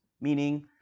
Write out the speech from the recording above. meaning